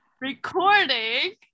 recording